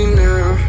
now